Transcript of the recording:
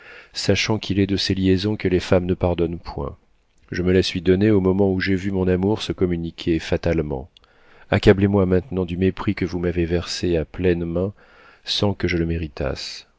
sachant qu'il est de ces liaisons que les femmes ne pardonnent point je me la suis donnée au moment où j'ai vu mon amour se communiquer fatalement accablez moi maintenant du mépris que vous m'avez versé à pleines mains sans que je le méritasse